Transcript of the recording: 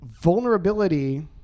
vulnerability